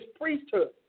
priesthood